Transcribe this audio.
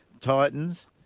Titans